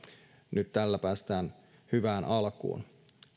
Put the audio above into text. nyt tällä päästään hyvään alkuun